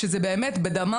נורא קל לטפל בדברים